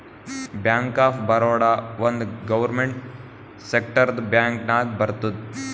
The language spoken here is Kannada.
ಬ್ಯಾಂಕ್ ಆಫ್ ಬರೋಡಾ ಒಂದ್ ಗೌರ್ಮೆಂಟ್ ಸೆಕ್ಟರ್ದು ಬ್ಯಾಂಕ್ ನಾಗ್ ಬರ್ತುದ್